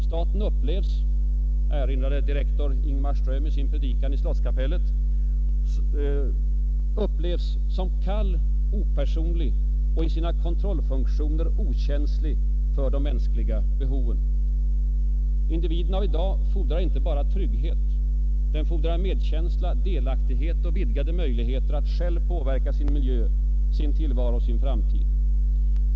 Staten upplevs — erinrade direktor Ingmar Ström om i sin predikan i slottskapellet — ”som kall, opersonlig och i sina kontrollfunktioner okänslig för de personliga behoven”. Individen av i dag fordrar inte bara trygghet. Den fordrar medkänsla, delaktighet och vidgade möjligheter att själv påverka sin miljö, sin tillvaro och sin framtid.